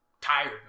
tired